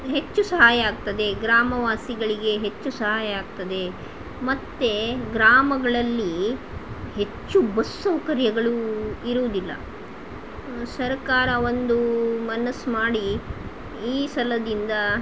ಹೆಚ್ಚು ಸಹಾಯ ಆಗ್ತದೆ ಗ್ರಾಮ ವಾಸಿಗಳಿಗೆ ಹೆಚ್ಚು ಸಹಾಯ ಆಗ್ತದೆ ಮತ್ತು ಗ್ರಾಮಗಳಲ್ಲಿ ಹೆಚ್ಚು ಬಸ್ ಸೌಕರ್ಯಗಳು ಇರುವುದಿಲ್ಲ ಸರಕಾರ ಒಂದು ಮನಸ್ಸು ಮಾಡಿ ಈ ಸಲದಿಂದ